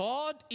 God